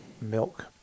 Milk